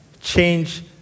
change